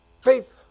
Faith